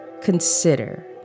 consider